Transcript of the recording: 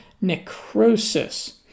necrosis